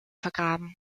vergraben